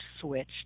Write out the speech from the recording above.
switch